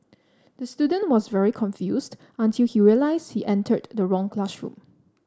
the student was very confused until he realised he entered the wrong classroom